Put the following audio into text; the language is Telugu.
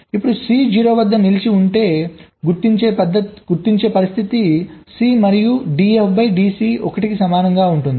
ఇప్పుడు C 0 వద్ద నిలిచి ఉంటే గుర్తించే పరిస్థితి C మరియు dF dC 1 కి సమానంగా ఉంటుంది